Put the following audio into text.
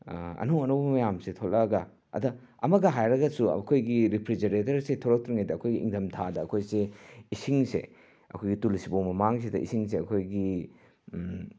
ꯑꯅꯧ ꯑꯅꯧꯕ ꯃꯌꯥꯝꯁꯦ ꯊꯣꯛꯂꯛꯑꯒ ꯑꯗ ꯑꯃꯒ ꯍꯥꯏꯔꯒꯁꯨ ꯑꯩꯈꯣꯏꯒꯤ ꯔꯦꯐ꯭ꯔꯤꯖꯔꯦꯇꯔꯁꯦ ꯊꯣꯛꯂꯛꯇ꯭ꯔꯤꯉꯩꯗ ꯑꯩꯈꯣꯏꯒꯤ ꯏꯪꯊꯝꯊꯥꯗ ꯑꯩꯈꯣꯏꯁꯦ ꯏꯁꯤꯡꯁꯦ ꯑꯩꯈꯣꯏꯒꯤ ꯇꯨꯜꯁꯤꯕꯣꯡ ꯃꯃꯥꯡꯁꯤꯗ ꯏꯁꯤꯡꯁꯦ ꯑꯩꯈꯣꯏꯒꯤ